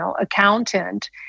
accountant